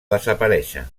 desaparèixer